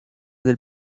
del